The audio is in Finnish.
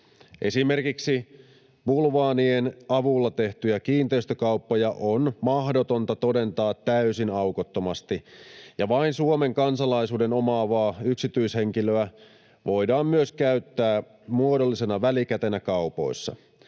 Esimerkiksi bulvaanien avulla tehtyjä kiinteistökauppoja on mahdotonta todentaa täysin aukottomasti, ja vain Suomen kansalaisuuden omaavaa yksityishenkilöä voidaan myös käyttää muodollisena välikätenä kaupoissa.